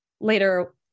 later